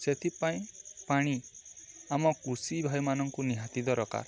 ସେଥିପାଇଁ ପାଣି ଆମ କୃଷି ଭାଇମାନଙ୍କୁ ନିହାତି ଦରକାର